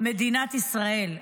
מדינת ישראל.